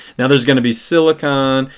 now there is going to be silicon.